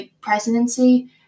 presidency